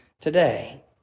today